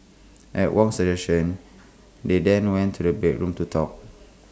at Wong's suggestion they then went to the bedroom to talk